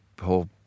whole